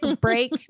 break